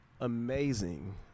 amazing